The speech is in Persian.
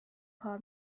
کار